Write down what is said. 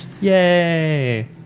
Yay